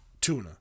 Tuna